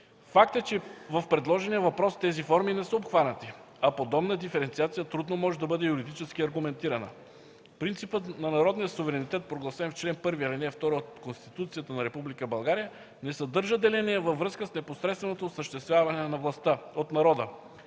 Факт е, че в предложения въпрос тези форми не са обхванати, а подобна диференциация трудно може да бъде юридически аргументирана. Принципът на народния суверенитет, прогласен в чл. 1, ал. 2 от Конституцията на Република България, не съдържа деление във връзка с непосредственото осъществяване на властта от народа,